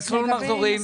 "מסלול מחזורים".